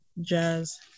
jazz